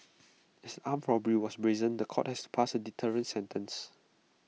as armed robbery was brazen The Court has pass A deterrent sentence